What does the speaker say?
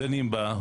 דנים בה,